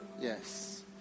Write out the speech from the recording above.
Yes